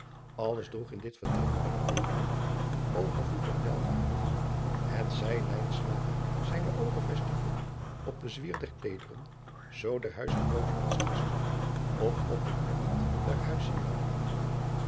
alles droeg in dit vertrek merkteekenen van overvloed en welvaart het zij lijnslager zijne oogen vestigde op den zwier der kleederen zoo der huisgenooten als gasten of op de pracht der huissieraden